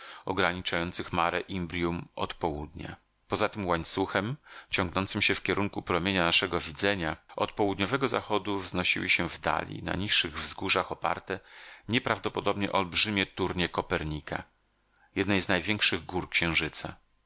ograniczających mare imbrium od południa poza tym łańcuchem ciągnącym się w kierunku promienia naszego widzenia od południowego zachodu wznosiły się w dali na niższych wzgórzach oparte nieprawdopodobnie olbrzymie turnie kopernika jednej z największych gór księżyca